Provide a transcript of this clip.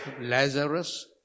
Lazarus